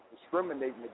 discriminating